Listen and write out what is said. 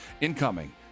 incoming